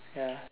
ya